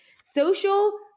Social